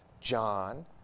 John